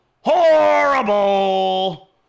horrible